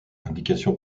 indication